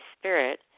spirit